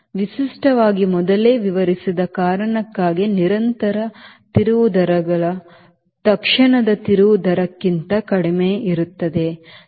ವಿಶಿಷ್ಟವಾಗಿ ಮೊದಲೇ ವಿವರಿಸಿದ ಕಾರಣಕ್ಕಾಗಿ ನಿರಂತರ ತಿರುವು ದರಗಳು ತತ್ಕ್ಷಣದ ತಿರುವು ದರಕ್ಕಿಂತ ಕಡಿಮೆಯಿರುತ್ತವೆ